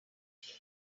him